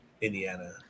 Indiana